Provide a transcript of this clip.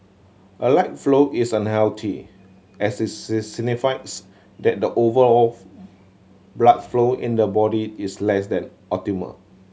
a light flow is unhealthy as it signifies that the overall blood flow in the body is less than optimal